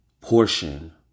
portion